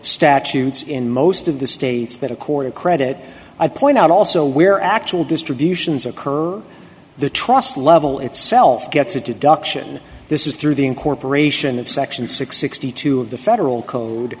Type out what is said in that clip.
statutes in most of the states that accorded credit i point out also where actual distributions occur the trust level itself gets a deduction this is through the incorporation of section sixty two of the federal code